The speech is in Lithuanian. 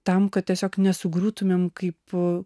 tam kad tiesiog nesugriūtumėm kaip